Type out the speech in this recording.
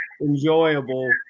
enjoyable